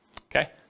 Okay